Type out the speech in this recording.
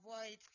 avoid